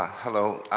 ah hello,